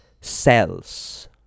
Cells